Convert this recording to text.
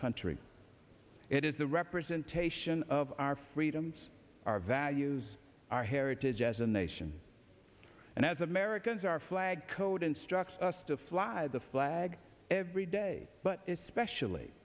country it is the representation of our freedoms our values our heritage as a nation and as americans our flag code instructs us to fly the flag every day but especially